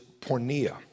pornea